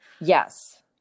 Yes